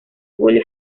julio